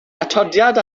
atodiad